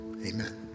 Amen